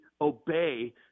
obey